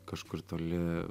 kažkur toli